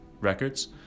records